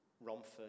Romford